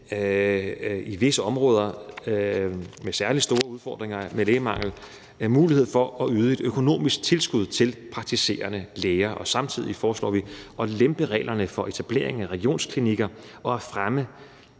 i visse områder med særlig store udfordringer med lægemangel give mulighed for at yde et økonomisk tilskud til praktiserende læger, og samtidig foreslår vi at lempe reglerne for etablering af regionsklinikker og for at fremme